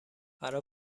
برا